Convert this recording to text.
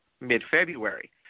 mid-February